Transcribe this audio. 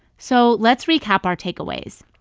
so let's recap our takeaways.